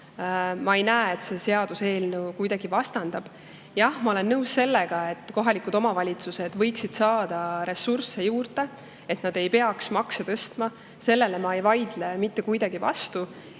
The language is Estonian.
Ma ei näe, et see seaduseelnõu kuidagi vastandab. Jah, ma olen nõus, et kohalikud omavalitsused võiksid saada ressursse juurde, et nad ei peaks makse tõstma. Sellele ma ei vaidle mitte kuidagi vastu.